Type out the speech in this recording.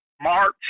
March